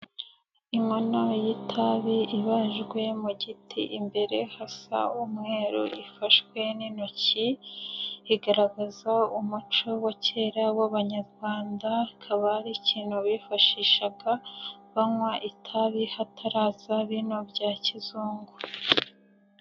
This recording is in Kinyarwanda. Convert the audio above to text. Inkono y'itabi ibajwe mu giti imbere hasa umweru ifashwe n'intoki, igaragaza umuco wa kera w'abanyarwanda, akaba ari ikintu bifashishaga banywa itabi hataraza bino bya kizungu.